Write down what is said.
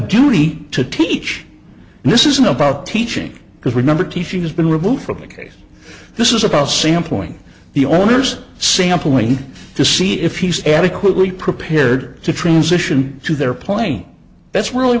duty to teach and this isn't about teaching because remember to she has been removed from the case this is about sampling the owners sampling to see if he's adequately prepared to transition to their plane that's really